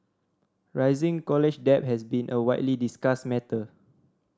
rising college debt has been a widely discussed matter